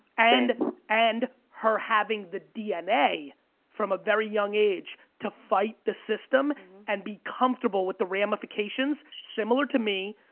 and and her having the dna from a very young age to fight the system and be comfortable with the ramifications, similar to me,